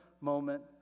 moment